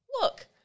look